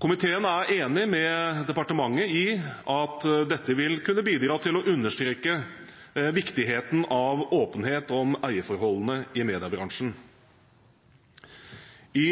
Komiteen er enig med departementet i at dette vil kunne bidra til å understreke viktigheten av åpenhet om eierforholdene i mediebransjen. I